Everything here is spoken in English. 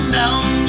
down